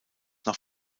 nach